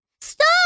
stop